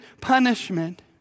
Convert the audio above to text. punishment